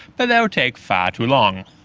but that would take far too long.